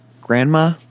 grandma